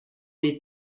les